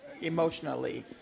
emotionally